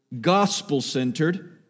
gospel-centered